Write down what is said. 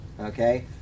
okay